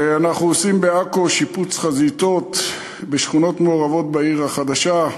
אנחנו עושים בעכו שיפוץ חזיתות בשכונות מעורבות בעיר החדשה.